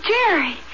Jerry